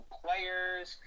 players